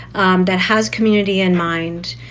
um that has community in mind,